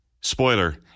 Spoiler